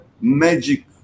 magic